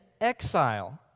exile